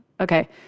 Okay